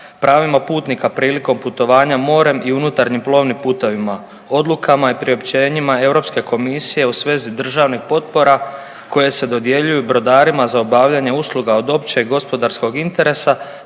pravima putnika prilikom putovanja morem i unutarnjim plovnim putevima. Odlukama i priopćenjima Europske komisije u svezi državnih potpisa koje se dodjeljuju brodarima za obavljanje usluga od općeg gospodarskog interesa,